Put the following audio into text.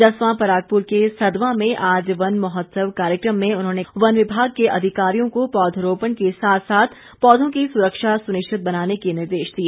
जसवां परागपुर के सदवां में आज वन महोत्सव कार्यकम में उन्होंने कहा कि वन विभाग के अधिकारियों को पौधरोपण के साथ साथ पौधों की सुरक्षा सुनिश्चित बनाने को निर्देश दिए